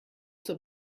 zur